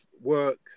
Work